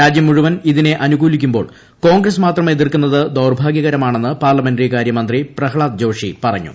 രാജ്യം മുഴൂവൻ ഇതിനെ അനുകൂലിക്കുമ്പോൾ കോൺഗ്രസ് മാത്രം എതിർക്കുന്നത് ദൌർഭാഗൃകരമാണെന്ന് പാർലമെന്ററികാര്യ മന്ത്രി പ്ര്യ്ക്ക്റ്ളാദ് ജോഷി പറഞ്ഞു